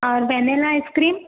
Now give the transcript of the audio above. और vanilla ice cream